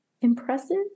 impressive